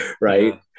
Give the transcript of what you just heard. right